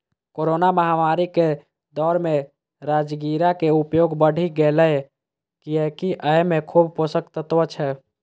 corona महामारी के दौर मे राजगिरा के उपयोग बढ़ि गैले, कियैकि अय मे खूब पोषक तत्व छै